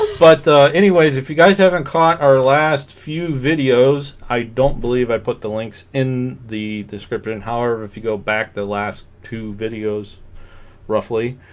but anyways if you guys haven't caught our last few videos i don't believe i put the links in the description however if you go back the last two videos roughly